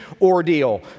ordeal